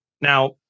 Now